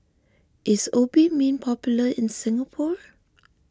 is Obimin popular in Singapore